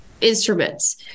instruments